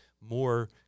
more